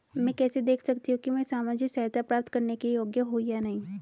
मैं कैसे देख सकती हूँ कि मैं सामाजिक सहायता प्राप्त करने के योग्य हूँ या नहीं?